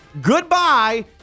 goodbye